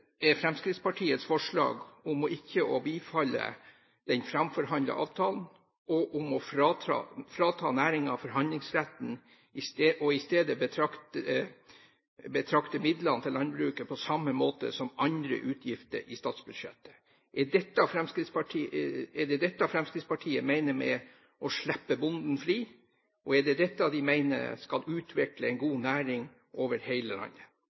er Fremskrittspartiets forslag om ikke å bifalle den framforhandlede avtalen, og om å frata næringen forhandlingsretten og isteden betrakte midlene til landbruket på samme måte som andre utgifter i statsbudsjettet. Er det dette Fremskrittspartiet mener med å slippe bonden fri? Og er det dette de mener skal utvikle en god næring over hele landet?